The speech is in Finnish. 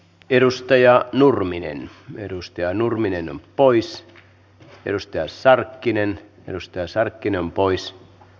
edustaja nurminen edusti a nurminen on pois perusteos sarkkinen edustaa sarkkinen pois